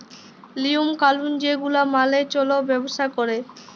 লিওম কালুল যে গুলা মালে চল্যে ব্যবসা ক্যরে